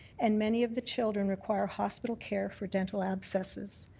and many of the children require hospital care for dental abscesses.